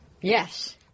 Yes